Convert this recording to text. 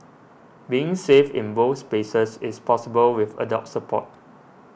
being safe in both spaces is possible with adult support